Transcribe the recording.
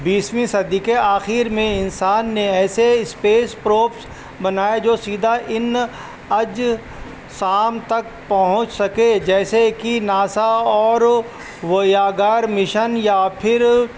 بیسویں صدی کے آخر میں انسان نے ایسے اسپیس پروبس بنائے جو سیدھا ان اجسام تک پہنچ سکے جیسے کہ ناسا اور ویاگار مشن یا پھر